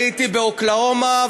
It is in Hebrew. הייתי באוקלהומה,